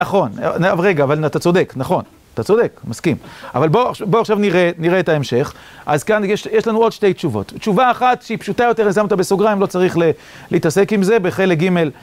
נכון, רגע, אבל אתה צודק, נכון, אתה צודק, מסכים, אבל בואו עכשיו נראה את ההמשך. אז כאן יש לנו עוד שתי תשובות, תשובה אחת שהיא פשוטה יותר, אני שם אותה בסוגריים, לא צריך להתעסק עם זה, בחלק ג'-